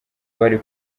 bari